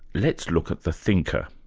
let's look at the thinker.